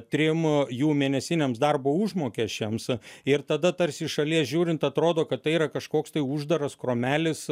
trim jų mėnesiniams darbo užmokesčiams ir tada tarsi iš šalies žiūrint atrodo kad tai yra kažkoks tai uždaras kromelis